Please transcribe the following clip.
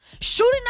shooting